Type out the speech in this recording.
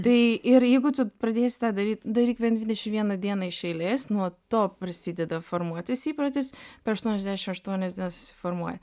tai ir jeigu tu pradėsi tą daryt daryk bent dvidešim vieną dieną iš eilės nuo to prasideda formuotis įprotis per aštuoniasdešim aštuonias dienas susiformuoja